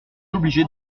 obligé